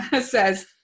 says